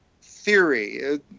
theory